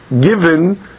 given